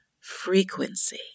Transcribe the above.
frequency